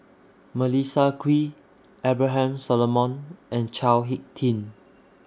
Melissa Kwee Abraham Solomon and Chao Hick Tin